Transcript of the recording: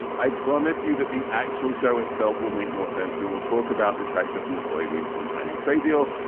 i promise you that the actual show itself will make more sense we will talk about the tractors and the soybeans and the chinese trade deal.